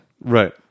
Right